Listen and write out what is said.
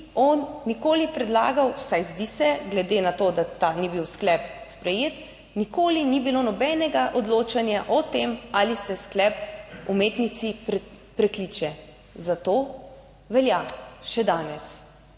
on nikoli predlagal, vsaj zdi se, glede na to, da ni bil sklep sprejet, nikoli ni bilo nobenega odločanja o tem, ali se sklep umetnici prekliče, zato velja še danes.